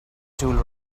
tool